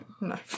No